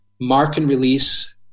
mark-and-release